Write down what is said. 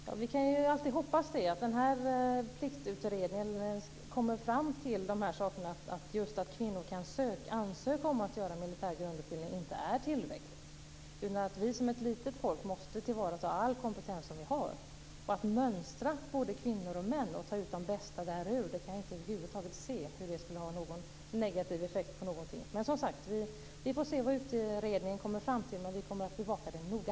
Fru talman! Vi kan alltid hoppas att Pliktutredningen kommer fram just till att det inte är tillräckligt att kvinnor kan ansöka om att få göra militär grundutbildning. Vi som är ett litet folk måste tillvarata all kompetens som vi har. Att mönstra både kvinnor och män och att välja ut de bästa kan jag över huvud taget inte inse att det skulle ha någon negativ effekt på något. Men, som sagt, vi får se vad utredningen kommer fram till, men vi kommer att bevaka den noga.